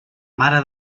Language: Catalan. mare